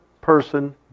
person